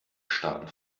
staaten